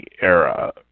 era